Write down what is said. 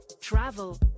travel